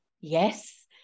yes